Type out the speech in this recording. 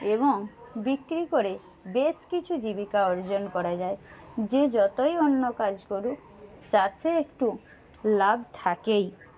এবং বিক্রি করে বেশ কিছু জীবিকা অর্জন করা যায় যে যতই অন্য কাজ করুক চাষে একটু লাভ থাকেই